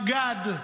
מג"ד,